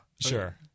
Sure